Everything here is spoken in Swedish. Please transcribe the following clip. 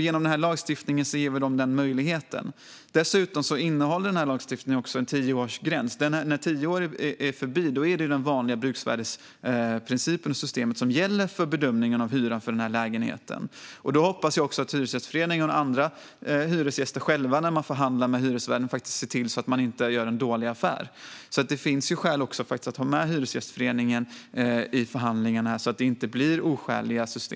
Genom den här lagstiftningen ger vi dem den möjligheten. Lagstiftningen innehåller dessutom en tioårsgräns. När tio år är förbi är det den vanliga bruksvärdesprincipen och det vanliga systemet som gäller för bedömningen av hyran för lägenheten. Då hoppas jag att Hyresgästföreningen och andra hyresgäster själva ser till att inte blir en dålig affär när de förhandlar med hyresvärden. Det finns därför skäl att också ha med Hyresgästföreningen i förhandlingarna, så att det inte blir oskäliga hyror.